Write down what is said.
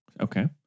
Okay